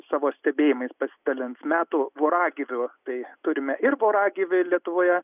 savo stebėjimais pasidalins metų voragyviu tai turime ir voragyvį lietuvoje